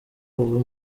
ubu